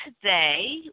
today